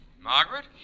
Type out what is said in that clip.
Margaret